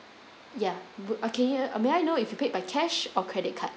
ya can I may I know if you paid by cash or credit card